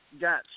got